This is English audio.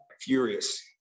furious